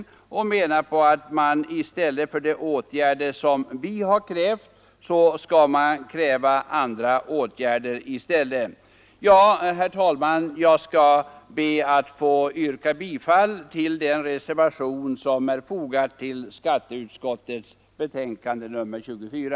Han anser att man i stället för de åtgärder vi krävt skall vidta andra åtgärder. Herr talman! Jag ber att få yrka bifall till den reservation som är fogad vid skatteutskottets betänkande nr 24.